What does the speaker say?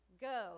go